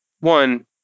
one